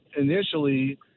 initially